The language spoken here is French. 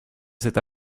cette